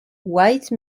white